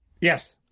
Yes